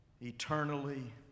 eternally